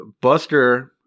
Buster